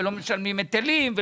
היטלים,